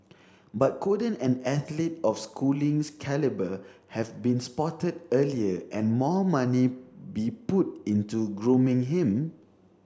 but couldn't an athlete of Schooling's calibre have been spotted earlier and more money be put into grooming him